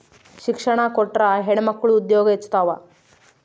ಶಿಕ್ಷಣ ಕೊಟ್ರ ಹೆಣ್ಮಕ್ಳು ಉದ್ಯೋಗ ಹೆಚ್ಚುತಾವ